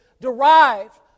derived